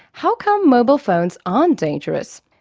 how come mobile phones aren't dangerous?